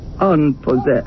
unpossessed